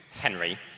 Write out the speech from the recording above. Henry